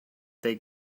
they